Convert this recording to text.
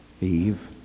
Eve